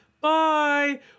Bye